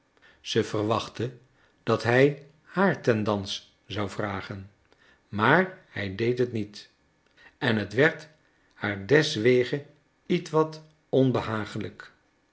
zij verwachtte dat hij haar ten dans zou vragen maar hij deed het niet en het werd haar deswege ietwat onbehagelijk